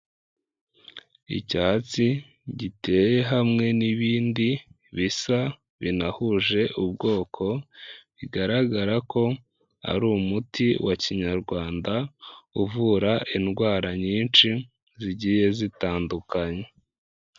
Icyatsi giteye hamwe n'ibindi bisa binahuje ubwoko, bigaragara ko ari umuti wa kinyarwanda, uvura indwara nyinshi zigiye zitandukanye.